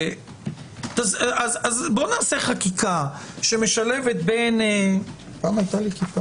אז נעשה חקיקה שמשלבת בין דיני השלטון המקומי לדיני הגנת